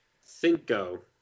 Cinco